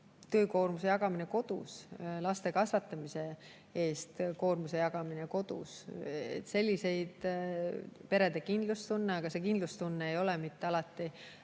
töökoormuse jagamine kodus, laste kasvatamise koormuse jagamine kodus. Ka perede kindlustunne, aga see kindlustunne ei ole mitte alati